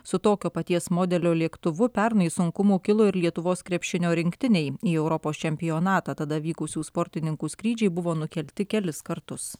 su tokio paties modelio lėktuvu pernai sunkumų kilo ir lietuvos krepšinio rinktinei į europos čempionatą tada vykusių sportininkų skrydžiai buvo nukelti kelis kartus